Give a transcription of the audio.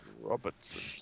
Robertson